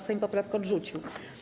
Sejm poprawkę odrzucił.